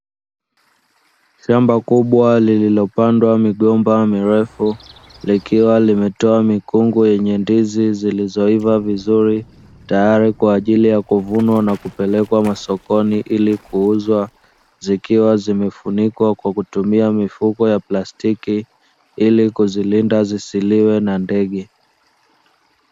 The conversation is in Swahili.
Shamba kubwa lililopandwa migomba mirefu likiwa limetoa mikungu yenye ndizi zilizoiva vizuri tayari kwa ajili ya kuvunwa na kupelekwa masokoni ili kuuzwa zikiwa zimefunikwa kwa kutumia mifuko ya plastiki ili kuzilinda zisiliwe na ndege.